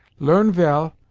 learn vell,